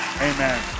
Amen